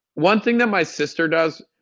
one thing that my sister does,